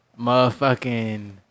Motherfucking